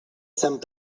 sant